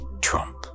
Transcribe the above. Trump